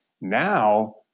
Now